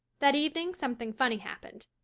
that evening something funny happened.